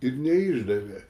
ir neišdavė